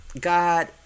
God